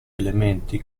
elementi